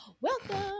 Welcome